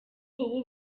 ubu